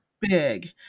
big